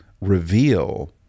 reveal